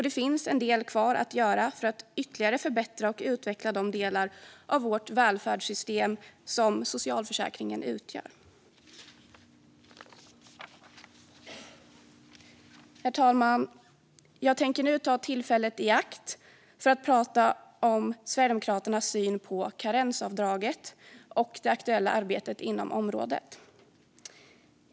Det finns dock en del kvar att göra för att ytterligare förbättra och utveckla de delar av vårt välfärdssystem som socialförsäkringen utgör. Herr talman! Jag tänker nu ta tillfället i akt att prata om Sverigedemokraternas syn på karensavdraget och det aktuella arbetet inom området.